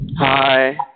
Hi